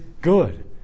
good